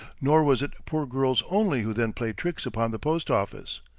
nor was it poor girls only who then played tricks upon the post-office.